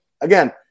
Again